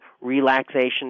relaxation